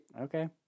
Okay